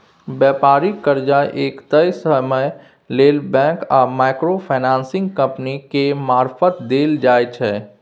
बेपारिक कर्जा एक तय समय लेल बैंक आ माइक्रो फाइनेंसिंग कंपनी केर मारफत देल जाइ छै